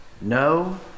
No